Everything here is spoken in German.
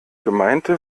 gemeinte